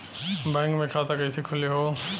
Bank मे खाता कईसे खुली हो?